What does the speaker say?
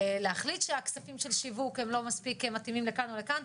להחליט שהכספים של שיווק הם לא מספיק מתאימים לכאן או לכאן,